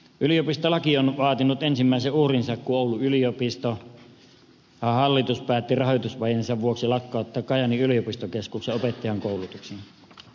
yliopistolaki on vaatinut ensimmäisen uhrinsa kun oulun yliopiston hallitus päätti rahoitusvajeensa vuoksi lakkauttaa kajaanin yliopistokeskuksen opettajankoulutuksen